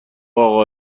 اقا